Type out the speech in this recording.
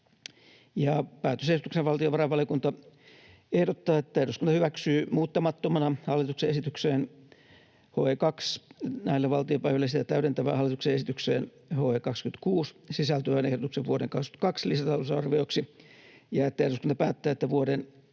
Päätösehdotuksena valtiovarainvaliokunta ehdottaa, että eduskunta hyväksyy muuttamattomana hallituksen esitykseen HE 2 näille valtiopäiville ja sitä täydentävään hallituksen esitykseen HE 26 sisältyvän ehdotuksen vuoden 22 lisätalousarvioksi ja että eduskunta päättää, että vuoden